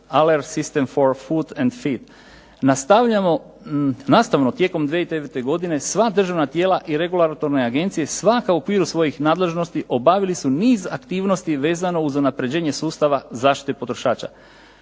alert system for food and feed". Nastavno tijekom 2009. godine sva državna tijela i regulatorne agencije svaka u okviru svojih nadležnosti obavili su niz aktivnosti vezano uz unapređenje sustava zaštite potrošača.